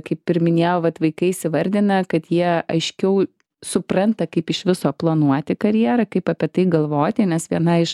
kaip ir minėjau vat vaikai įsivardina kad jie aiškiau supranta kaip iš viso planuoti karjerą kaip apie tai galvoti nes viena iš